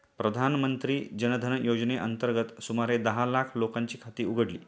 प्रधानमंत्री जन धन योजनेअंतर्गत सुमारे दहा लाख लोकांची खाती उघडली